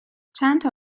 چندتا